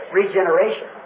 regeneration